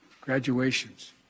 graduations